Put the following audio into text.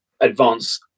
advance